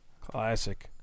Classic